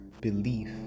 belief